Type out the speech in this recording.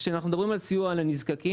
כשאנחנו מדברים על סיוע לנזקקים,